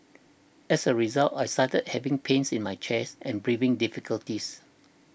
as a result I started having pains in my chest and breathing difficulties